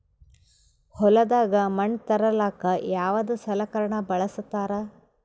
ಹೊಲದಾಗ ಮಣ್ ತರಲಾಕ ಯಾವದ ಸಲಕರಣ ಬಳಸತಾರ?